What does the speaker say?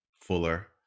fuller